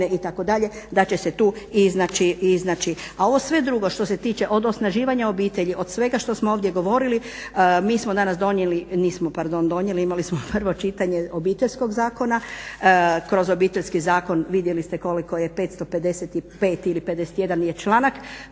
itd. da će se tu iznaći. A ovo sve drugo što se tiče od osnaživanja obitelji, od svega što smo ovdje govorili, mi smo danas donijeli, nismo pardon donijeli, imali smo prvo čitanje Obiteljskog zakona, kroz Obiteljski zakon, vidjeli ste koliko je, 555 ili 51 je članak.